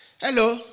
hello